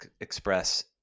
express